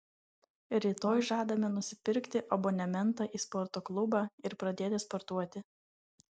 rytoj žadame nusipirkti abonementą į sporto klubą ir pradėti sportuoti